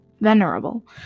venerable